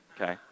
okay